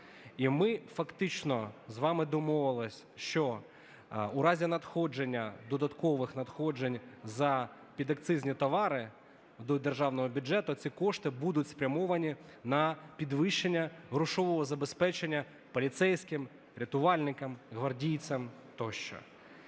І ми фактично з вами домовилися, що у разі надходження додаткових надходжень за підакцизні товари до державного бюджету, ці кошти будуть спрямовані на підвищення грошового забезпечення поліцейським, рятувальникам і гвардійцям тощо.